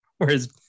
Whereas